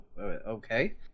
okay